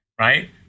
right